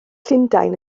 llundain